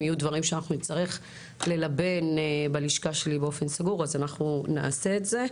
אם יהיו דברים שנצטרך ללבן בלשכה שלי באופן סגור נעשה את זה.